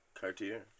Cartier